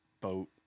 boat